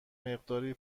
مقداری